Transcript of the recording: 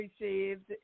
received